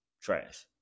trash